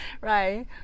Right